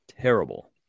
terrible